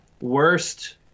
worst